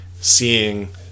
Seeing